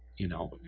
you know,